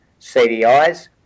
CDIs